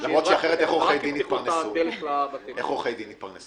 אבל איך עורכי דין יתפרנסו?